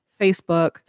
Facebook